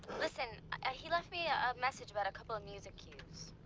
listen, ah he left me ah a message about a couple of music cues.